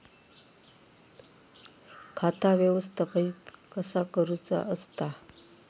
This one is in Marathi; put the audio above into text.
खाता व्यवस्थापित कसा करुचा असता?